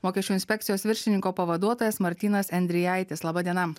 mokesčių inspekcijos viršininko pavaduotojas martynas endrijaitis laba diena